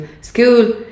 School